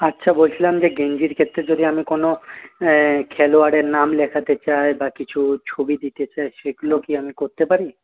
আচ্ছা বলছিলাম যে গেঞ্জির ক্ষেত্রে যদি আমি কোন খেলোয়াড়ের নাম লেখাতে চাই বা কিছু ছবি দিতে চাই সেগুলো কি আমি করতে পারি